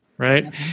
right